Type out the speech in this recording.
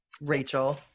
Rachel